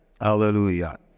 Hallelujah